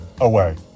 away